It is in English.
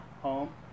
home